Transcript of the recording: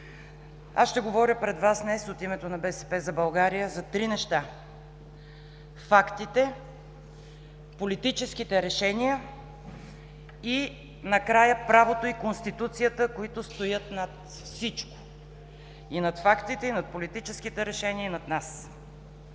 Ще говоря пред Вас днес от името на „БСП за България“ за три неща – фактите, политическите решения и накрая правото и Конституцията, които стоят над всичко – и над фактите, и над политическите решения, и над нас.